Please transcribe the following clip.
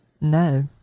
No